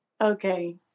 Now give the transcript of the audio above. Okay